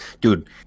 dude